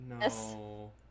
No